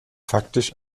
faktisch